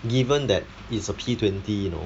given that it's a P twenty you know